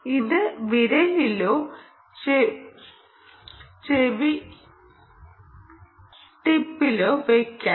ഇത് വിരലിലോ ചെവി ടിപ്പിലോ വെയ്ക്കാ